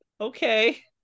Okay